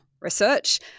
research